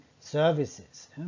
services